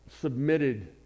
submitted